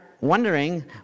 wondering